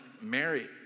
Mary